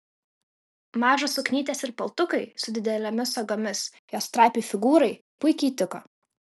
mažos suknytės ir paltukai su didelėmis sagomis jos trapiai figūrai puikiai tiko